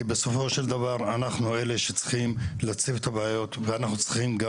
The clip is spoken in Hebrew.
כי בסופו של דבר אנחנו אלה שצריכים להציף את הבעיות ואנחנו צריכים גם